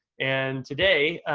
and today,